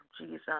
Jesus